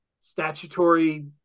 statutory